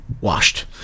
washed